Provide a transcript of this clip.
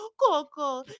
Coco